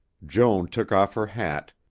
joan took off her hat,